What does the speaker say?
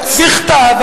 להימסר בכתב,